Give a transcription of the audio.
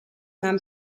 nahm